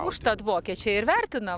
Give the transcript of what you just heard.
užtat vokiečiai ir vertina